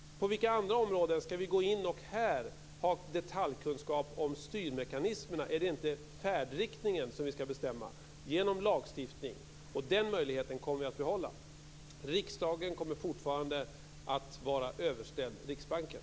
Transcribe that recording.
På vilka andra områden skall vi gå in och här ha detaljkunskap om styrmekanismerna? Är det inte färdriktningen som vi skall bestämma genom lagstiftning? Den möjligheten kommer vi att behålla. Riksdagen kommer fortfarande att vara överställd Riksbanken.